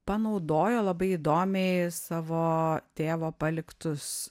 panaudojo labai įdomiai savo tėvo paliktus